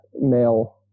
male